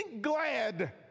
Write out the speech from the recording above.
glad